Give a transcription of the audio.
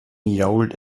jault